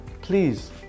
please